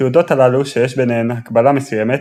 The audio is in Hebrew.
התעודות הללו שיש ביניהן הקבלה מסוימת,